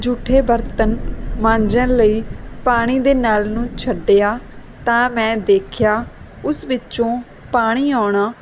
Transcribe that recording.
ਜੂਠੇ ਬਰਤਨ ਮਾਂਜਣ ਲਈ ਪਾਣੀ ਦੇ ਨਲ ਨੂੰ ਛੱਡਿਆ ਤਾਂ ਮੈਂ ਦੇਖਿਆ ਉਸ ਵਿੱਚੋਂ ਪਾਣੀ ਆਉਣਾ